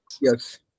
yes